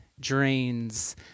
drains